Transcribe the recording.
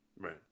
Right